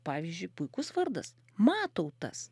pavyzdžiui puikus vardas matautas